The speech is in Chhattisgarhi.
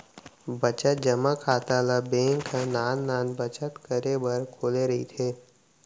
बचत जमा खाता ल बेंक ह नान नान बचत करे बर खोले रहिथे